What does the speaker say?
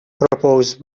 proposed